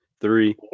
three